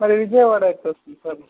sir Vijayawada ఎట్లా వస్తుంది sir